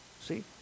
See